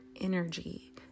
energy